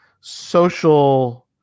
social